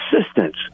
assistance